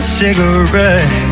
cigarette